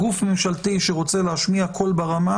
גוף ממשלתי שרוצה להשמיע קול ברמה,